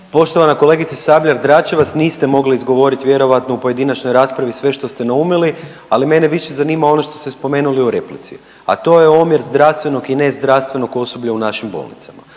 Poštovana kolegice Sabljar Dračevac, niste mogli izgovorit vjerojatno u pojedinačnoj raspravi sve što ste naumili, ali mene više zanima ono što ste spomenuli u replici, a to je omjer zdravstvenog i nezdravstvenog osoblja u našim bolnicama.